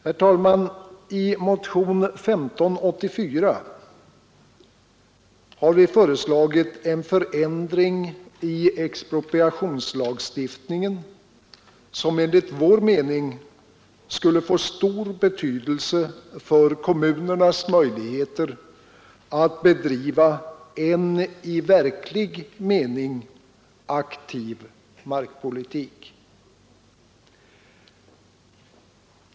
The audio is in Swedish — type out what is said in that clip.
I motionen 1584 har vi föreslagit en förändring i expropriationslagstiftningen, som enligt vår mening skulle få stor betydelse för kommunernas möjligheter att bedriva en i verklig mening aktiv markpolitik.